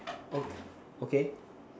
okay okay